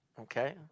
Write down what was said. Okay